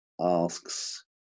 asks